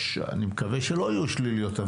אני מקווה שלא יהיו שליליות,